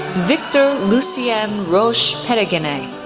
victor lucien roch petitgenet,